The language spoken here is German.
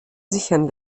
sichern